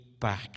back